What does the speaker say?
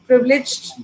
Privileged